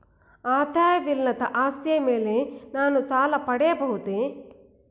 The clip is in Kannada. ಆದಾಯವಿಲ್ಲದ ಆಸ್ತಿಯ ಮೇಲೆ ನಾನು ಸಾಲ ಪಡೆಯಬಹುದೇ?